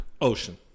Ocean